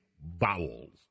bowels